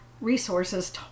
resources